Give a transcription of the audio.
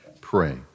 pray